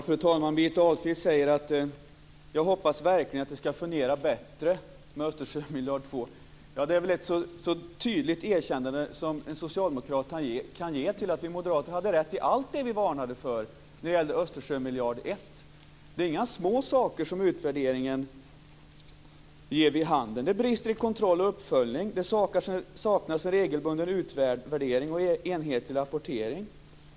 Fru talman! Birgitta Ahlqvist säger att hon verkligen hoppas att det ska fungera bättre med Östersjömiljarden 2. Det är väl ett så tydligt erkännande som en socialdemokrat kan ge om att vi moderater hade rätt i allt som vi varnade för när det gäller Östersjömiljarden 1. Det är ju inga små saker som utvärderingen ger vid handen, utan det brister i kontroll och uppföljning. Dessutom saknas en regelbunden utvärdering och en enhetlig rapportering.